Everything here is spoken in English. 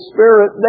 Spirit